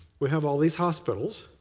we have all these hospitals.